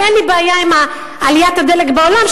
גם אין לי בעיה עם עליית מחירי הדלק בעולם,